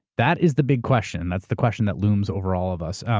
that is the big question. that's the question that looms over all of us.